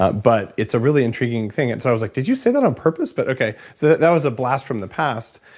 ah but it's a really intriguing thing. so i was like, did you say that on purpose? but okay. so that was a blast from the past.